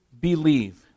believe